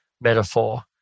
metaphor